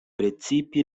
precipe